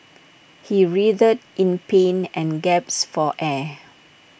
he writhed in pain and gasped for air